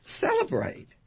celebrate